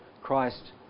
Christ